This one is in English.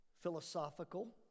philosophical